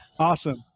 Awesome